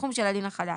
הסכום של הדין החדש.